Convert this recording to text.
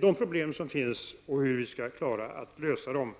de problem som finns och hur vi skall klara av att lösa dem.